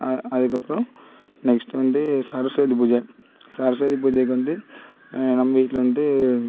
அதுக்கப்பறம் நெக்ஸ்ட் வந்து சரஸ்வதி பூஜை சரஸ்வதி பூஜைக்கு வந்து நம்ம வீட்டில வந்து